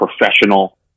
professional